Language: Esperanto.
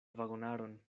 vagonaron